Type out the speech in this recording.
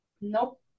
Nope